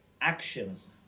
actions